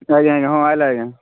ଆଜ୍ଞା ଆଜ୍ଞା ହଁ ଆସିଲା ଆଜ୍ଞା